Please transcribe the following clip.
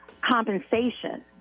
compensation